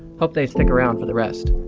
hope they stick around for the rest.